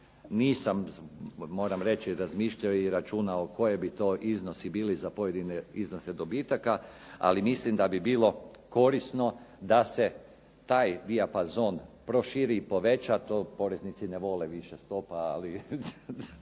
Nisam moram reći razmišljao i računao koji bi to iznosi bili za pojedine iznose dobitaka, ali mislim da bi bilo korisno da se taj dijapazon proširi i poveća, to poreznici više ne vole stopa, ali